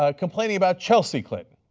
ah complaining about chelsea clinton.